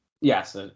yes